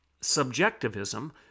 subjectivism